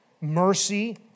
mercy